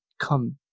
come